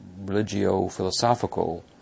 religio-philosophical